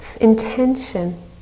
intention